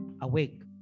Awake